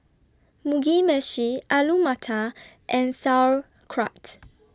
Mugi Meshi Alu Matar and Sauerkraut